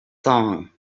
song